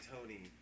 Tony